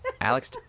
Alex